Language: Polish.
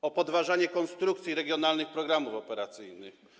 Kto podważał konstrukcję regionalnych programów operacyjnych?